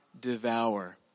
devour